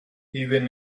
even